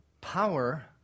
power